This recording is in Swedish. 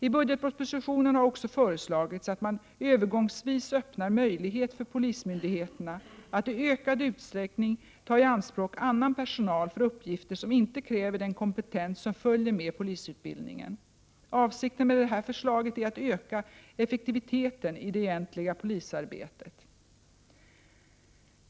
I budgetpropositionen har också föreslagits att man övergångsvis öppnar möjlighet för polismyndigheterna att i ökad utsträckning ta i anspråk annan personal för uppgifter som inte kräver den kompetens som följer med polisutbildningen. Avsikten med detta förslag är att öka effektiviteten i det egentliga polisarbetet.